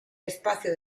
espacio